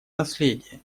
наследие